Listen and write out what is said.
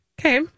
Okay